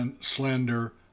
slender